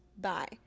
bye